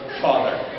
father